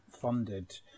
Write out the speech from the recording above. funded